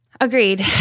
Agreed